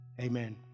amen